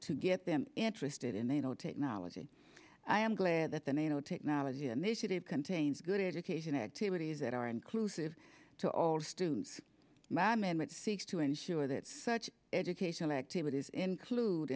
to get them interested in they know technology i am glad that the nato technology and this it contains good education activities that are inclusive to all students my man which seeks to ensure that such educational activities include